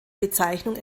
bezeichnung